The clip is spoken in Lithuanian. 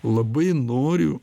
labai noriu